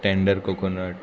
tender coconut